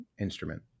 instrument